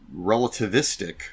relativistic